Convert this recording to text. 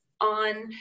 on